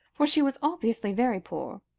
for she was obviously very poor,